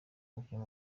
umukinnyi